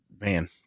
Man